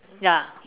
ya